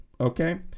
Okay